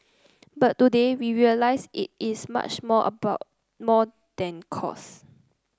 but today we realise it is much more about more than cost